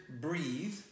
Breathe